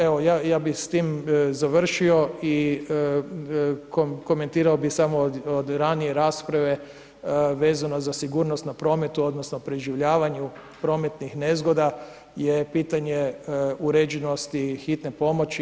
Evo ja bih s tim završio i komentirao bih samo od ranije rasprave vezano za sigurnost na prometu, odnosno proživljavanju prometnih nezgoda je pitanje uređenosti hitne pomoći.